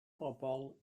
bobol